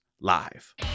live